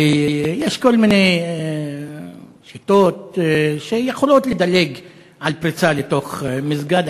ויש כל מיני שיטות שיכולות לדלג על פריצה לתוך מסגד,